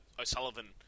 O'Sullivan